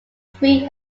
three